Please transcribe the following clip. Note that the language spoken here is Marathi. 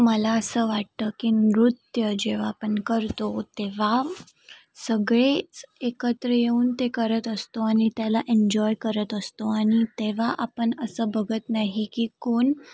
मला असं वाटतं की नृत्य जेव्हा आपण करतो तेव्हा सगळेच एकत्र येऊन ते करत असतो आणि त्याला एन्जॉय करत असतो आणि तेव्हा आपण असं बघत नाही की कोण